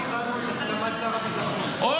לא